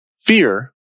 Fear